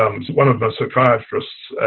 one of the psychiatrists